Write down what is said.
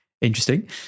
interesting